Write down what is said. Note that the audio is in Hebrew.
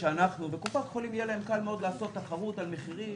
לקופות החולים יהיה קל מאוד לעשות תחרות על מחירים,